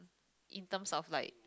in terms of like